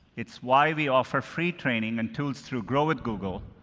it's why we offer free training and tools through grow with google,